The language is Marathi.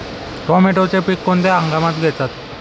टोमॅटोचे पीक कोणत्या हंगामात घेतात?